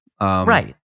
Right